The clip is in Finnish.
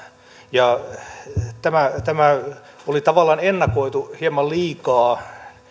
ja oli tavallaan ennakoitu hieman liikaa